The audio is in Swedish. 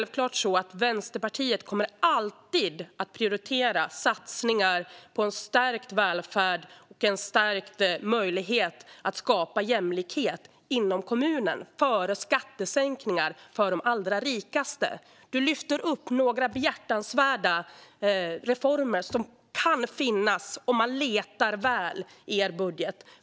Vänsterpartiet kommer självklart alltid att prioritera satsningar på en stärkt välfärd och en större möjlighet att skapa jämlikhet inom kommuner före skattesänkningar för de allra rikaste. Du lyfter fram några behjärtansvärda reformer som man kan hitta om man letar väl i er budget.